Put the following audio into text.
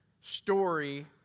story